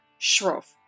Schroff